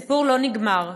הסיפור לא נגמר,